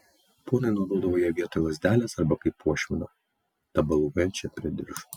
ponai naudodavo ją vietoj lazdelės arba kaip puošmeną tabaluojančią prie diržo